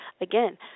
again